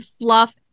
fluff